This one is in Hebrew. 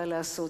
מה לעשות,